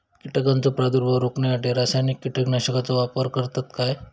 कीटकांचो प्रादुर्भाव रोखण्यासाठी रासायनिक कीटकनाशकाचो वापर करतत काय?